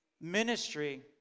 ministry